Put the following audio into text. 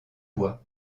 bois